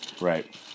Right